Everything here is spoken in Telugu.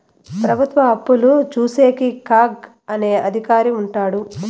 ప్రభుత్వ అప్పులు చూసేకి కాగ్ అనే అధికారి ఉంటాడు